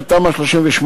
מאפשרת תמ"א 38,